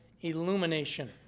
illumination